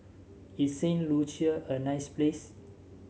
is Saint Lucia a nice place